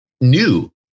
new